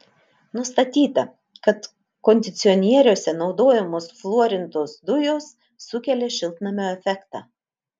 nustatyta kad kondicionieriuose naudojamos fluorintos dujos sukelia šiltnamio efektą